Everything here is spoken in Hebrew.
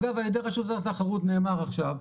אגב על ידי רשות התחרות נאמר עכשיו,